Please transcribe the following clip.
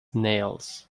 nails